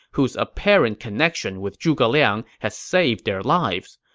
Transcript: whose apparent connection with zhuge liang had saved their lives.